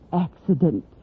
accident